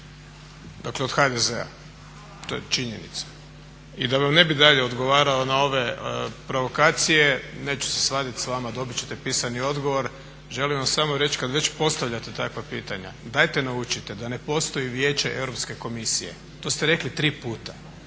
dakle od HDZ-a to je činjenica. I da vam ne bi dalje odgovarao na ove provokacije, neću se svadit sa vama. Dobit ćete pisani odgovor. Želim vam samo reći kad već postavljate takva pitanja dajte naučite da ne postoji Vijeće Europske komisije. To ste rekli tri puta